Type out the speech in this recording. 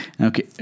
Okay